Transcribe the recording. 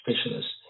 specialists